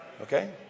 Okay